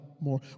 more